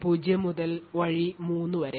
0 മുതൽ വഴി 3 വരെ